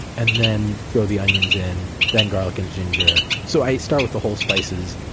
and then throw the onions in then garlic and ginger. so i start with the whole spices,